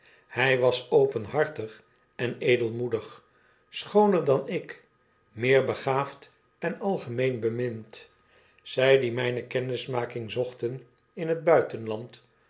hy was openhartig en edelmoedig schooner dan ik meer begaafd en algemeen bemind zy die myne kennismaking zochten in het buitenland